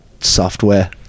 software